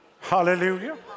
Hallelujah